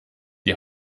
die